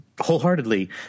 wholeheartedly